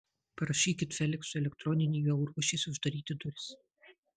parašykit feliksui elektroninį jau ruošėsi uždaryti duris